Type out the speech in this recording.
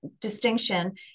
distinction